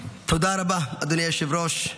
היושב-ראש.